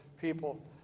people